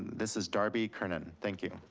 this is darby kernan, thank you.